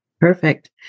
Perfect